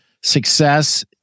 success